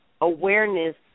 awareness